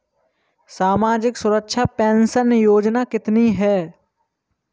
सामाजिक सुरक्षा पेंशन योजना कितनी हैं?